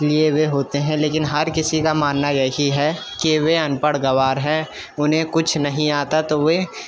لیے ہوئے ہوتے ہیں لیکن ہر کسی کا ماننا یہی ہے کہ وے ان پڑھ گنوار ہیں انہیں کچھ نہیں آتا تو وے